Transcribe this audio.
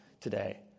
today